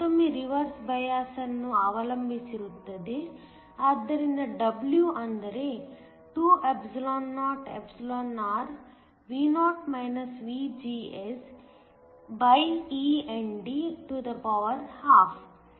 ಇದು ಮತ್ತೊಮ್ಮೆ reverse bias ಅನ್ನು ಅವಲಂಬಿಸಿರುತ್ತದೆ ಆದ್ದರಿಂದ W ಅಂದರೆ 2oreND12